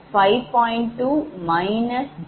55